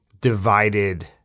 divided